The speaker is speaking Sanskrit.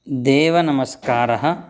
देवनमस्कारः